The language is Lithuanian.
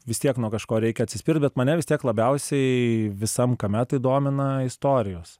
vis tiek nuo kažko reikia atsispirt bet mane vis tiek labiausiai visam kame tai domina istorijos